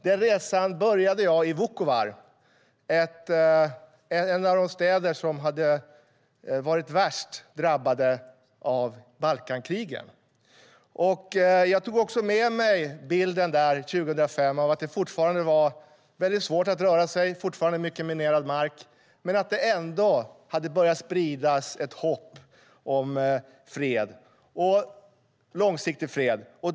Den resan började jag i Vukovar, en av de städer som hade varit värst drabbade av Balkankriget. Jag tog också med mig bilden där från 2005 av att det fortfarande var väldigt svårt att röra sig, fortfarande mycket minerad mark, men att det ändå hade börjat spridas ett hopp om en långsiktig fred.